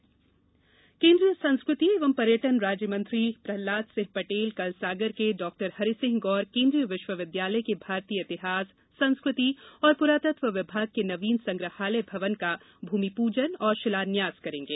प्रहलाद सिंह केंद्रीय संस्कृति एवं पर्यटन राज्य मंत्री प्रहलाद सिंह पटेल कल सागर के डॉ हरीसिंह गौर केंद्रीय विश्वविदयालय के भारतीय इतिहास संस्कृति एवं पुरातत्त्व विभाग के नवीन संग्रहालय भवन का भूमिपूजन और शिलान्यास करेंगे